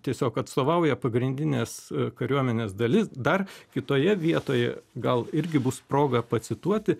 tiesiog atstovauja pagrindinės kariuomenės dalis dar kitoje vietoje gal irgi bus proga pacituoti